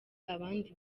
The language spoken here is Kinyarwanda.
abandi